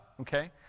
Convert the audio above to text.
Okay